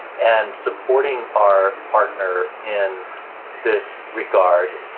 and supporting our partner in this regard.